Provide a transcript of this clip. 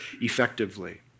effectively